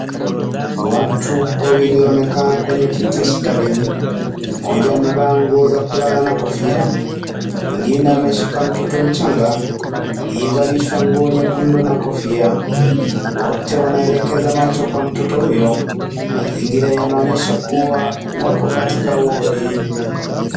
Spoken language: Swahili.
Watu wawili wamekaa kwenye kiti hospitalini. Mmoja amevaa nguo za kulala na kofia. Na mwingine ameshika mtoto mchanga aliyevalishwa nguo nyekundu na kofia. Wote wanaelekeza macho kwa mtoto huyo. Mazingira yanaonyesha kuwa wako katika wodi.